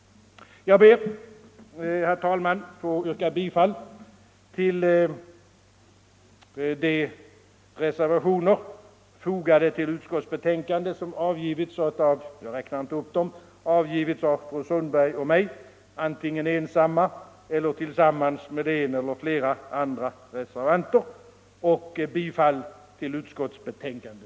Jag ber, herr talman, att få yrka bifall till de reservationer fogade till utskottsbetänkandet — jag räknar inte upp dem — som avgivits av fru Sundberg och mig, antingen ensamma eller tillsammans med en eller flera andra reservanter. I övrigt yrkar jag bifall till utskottets betänkande.